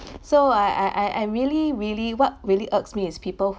so I I I I really really what really irks me is people